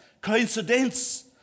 Coincidence